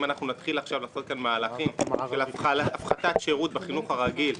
אם אנחנו נתחיל לעשות מהלכים של הפחתת שירות בחינוך הרגיל,